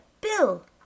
Bill